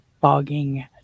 bogging